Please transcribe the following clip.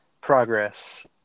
progress